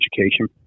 education